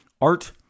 art